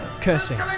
cursing